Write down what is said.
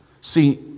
See